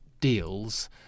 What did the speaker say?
deals